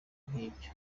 nk’ibyo